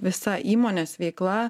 visa įmonės veikla